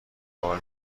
کار